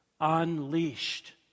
Unleashed